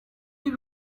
iyi